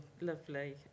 lovely